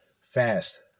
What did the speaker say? fast